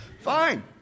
Fine